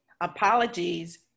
Apologies